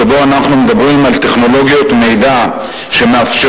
שבו אנחנו מדברים על טכנולוגיות מידע שמאפשרות,